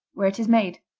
where it is made.